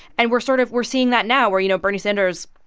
and we're sort of we're seeing that now, where you know bernie sanders,